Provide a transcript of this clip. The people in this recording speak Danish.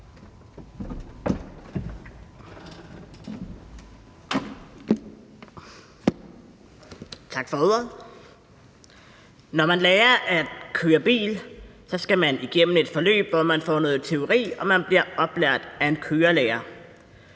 Tak for ordet. Når man lærer at køre bil, skal man igennem et forløb, hvor man får noget teori og bliver oplært af en kørelærer.